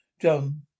John